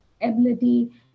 ability